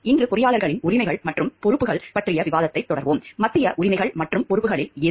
இன்று பொறியாளர்களின் உரிமைகள் மற்றும் பொறுப்புகள் பற்றிய விவாதத்தைத் தொடர்வோம் மத்திய உரிமைகள் மற்றும் பொறுப்புகளில் எது